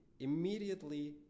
immediately